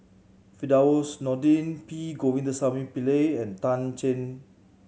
Firdaus Nordin P Govindasamy Pillai and Tan Cheng Bock